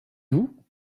vous